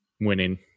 winning